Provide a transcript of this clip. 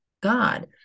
god